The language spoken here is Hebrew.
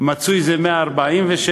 מצוי זה 146,